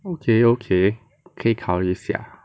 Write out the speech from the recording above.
okay okay 可以考虑一下